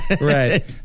Right